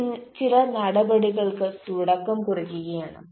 ഇത് ചില നടപടികൾക്ക് തുടക്കം കുറിക്കുകയാണ്